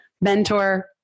mentor